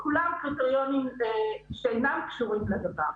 אלה כולם קריטריונים שאינם קשורים לדבר.